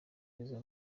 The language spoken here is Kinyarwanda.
jizzo